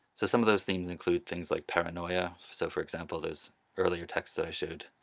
so some of those themes include things like paranoia, so for example there's earlier texts that i showed